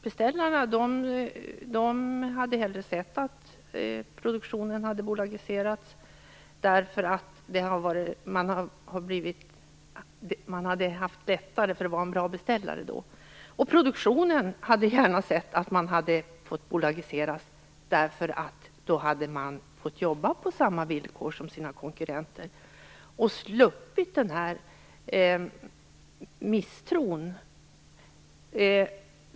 Beställarna hade hellre sett att produktionen bolagiserats, därför att man hade då haft lättare att vara en bra beställare. Produktionen hade gärna sett att man hade fått bolagiseras, därför att man hade då fått jobba på samma villkor som sina konkurrenter och sluppit den här misstron.